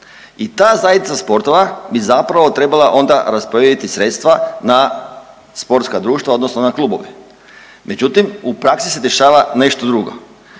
I ta zajednica sportova bi zapravo trebala onda rasporediti sredstva na sportska društva odnosno na klubove. Međutim, u praksi se dešava nešto drugo.